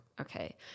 Okay